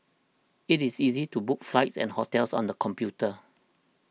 it is easy to book flights and hotels on the computer